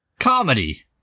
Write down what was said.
comedy